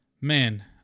man